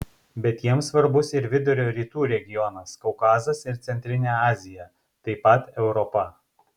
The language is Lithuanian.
bet jiems svarbus ir vidurio rytų regionas kaukazas ir centrinė azija taip pat europa